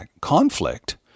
conflict